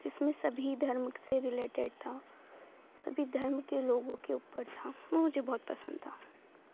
जिसमें सभी धर्म से रिलेटेड था सभी धर्म के लोगों के ऊपर था वो मुझे बहुत पसंद था